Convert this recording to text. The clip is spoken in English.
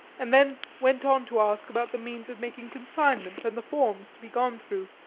and then went on to ask about the means of making consignments and the forms to be gone through,